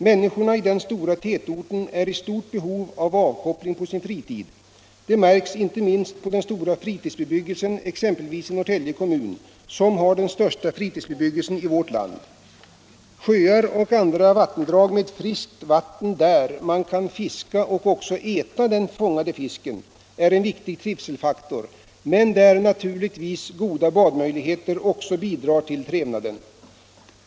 Människorna i den här stora tätorten är i starkt behov av avkoppling på sin fritid. Det märks inte minst på fritidsbebyggelsen, exempelvis i Norrtälje kommun, som har den största fritidsbebyggelsen i vårt land. Sjöar och andra vattendrag med friskt vatten, där man kan fiska och även äta den fångade fisken, är en viktig trivselfaktor, men goda badmöjligheter bidrar till trevnaden.